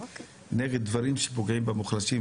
נגד דברים שפוגעים במוחלשים,